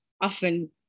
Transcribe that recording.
often